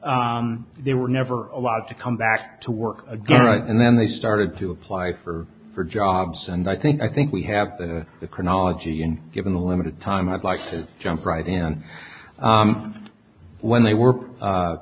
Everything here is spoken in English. they were never allowed to come back to work again and then they started to apply for for jobs and i think i think we have the chronology and given the limited time i'd like to jump right in when they were